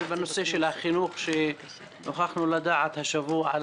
ובנושא של החינוך שנוכחנו לדעת השבוע על